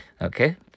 okay